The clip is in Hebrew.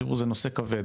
תראו זה נושא כבד,